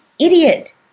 idiot